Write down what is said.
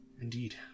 Indeed